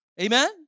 amen